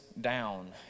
down